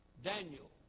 Daniel